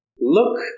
Look